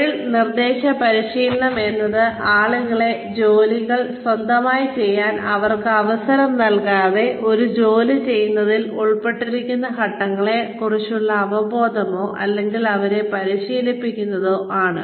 തൊഴിൽ നിർദ്ദേശ പരിശീലനം എന്നത് ആളുകളെ ജോലികൾ സ്വന്തമായി ചെയ്യാൻ അവർക്ക് അവസരം നൽകാതെ ഒരു ജോലി ചെയ്യുന്നതിൽ ഉൾപ്പെട്ടിരിക്കുന്ന ഘട്ടങ്ങളെ കുറിച്ചുള്ള അവബോധമോ അല്ലെങ്കിൽ അവരെ പരിശീലിപ്പിക്കുന്നതോ ആണ്